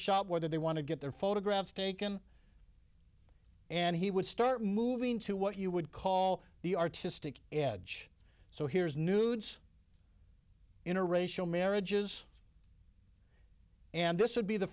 shop where they want to get their photographs taken and he would start moving to what you would call the artistic edge so here's nudes interracial marriages and this would be the